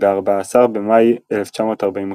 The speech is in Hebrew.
ב-14 במאי 1948,